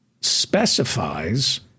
Specifies